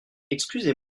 excusez